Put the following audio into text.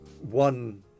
one